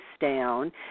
down